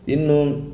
ಇನ್ನು